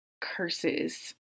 curses